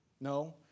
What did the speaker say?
No